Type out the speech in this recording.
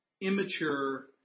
immature